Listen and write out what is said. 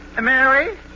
Mary